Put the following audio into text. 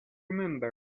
remember